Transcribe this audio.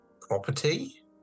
property